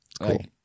cool